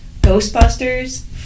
Ghostbusters